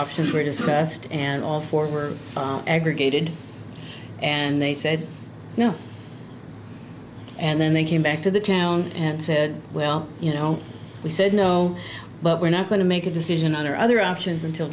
options were discussed and all four were aggregated and they said no and then they came back to the town and said well you know we said no but we're not going to make a decision on or other options until